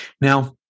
now